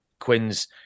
Quinns